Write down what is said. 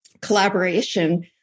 collaboration